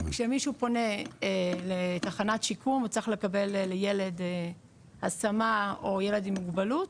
כשמישהו פונה לתחנת שיקום הוא צריך לקבל לילד השמה או ילד עם מוגבלות,